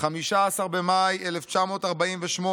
15 במאי 1948,